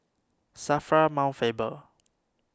Safra Mount Faber